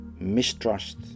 mistrust